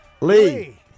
Lee